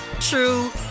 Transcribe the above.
true